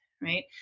right